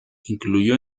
incluyó